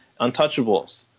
Untouchables